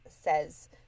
says